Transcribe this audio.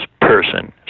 person